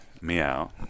meow